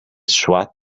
swat